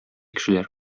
кешеләр